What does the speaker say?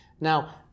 Now